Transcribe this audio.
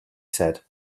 said